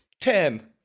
Ten